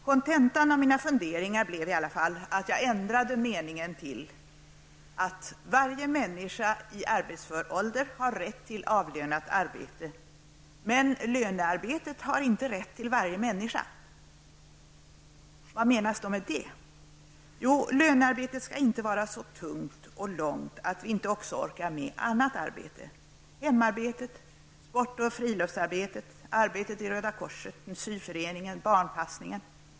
Kontentan av mina funderingar blev i alla fall att jag ändrade meningen till: Varje människa i arbetsför ålder har rätt till avlönat arbete, men lönearbetet har inte rätt till varje människa. Vad menas då med det? Jo, lönearbetet skall inte vara så tungt och långt att vi inte också orkar med annat arbete: hemarbetet, sport och friluftsarbetet, arbetet i Röda korset, syföreningen, barnpassningen.